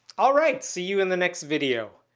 alright, see you in the next video.